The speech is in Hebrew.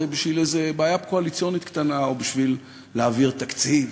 בשביל איזה בעיה קואליציונית קטנה או בשביל להעביר תקציב,